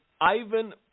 Ivan